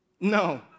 No